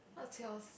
what's yours